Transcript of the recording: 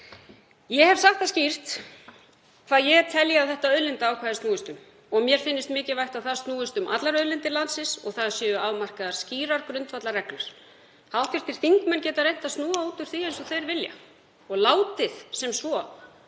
Ég hef sagt það skýrt hvað ég telji að þetta auðlindaákvæði snúist um, að mér finnist mikilvægt að það snúist um allar auðlindir landsins og það séu afmarkaðar skýrar grundvallarreglur. Hv. þingmenn geta reynt að snúa út úr því eins og þeir vilja og látið sem svo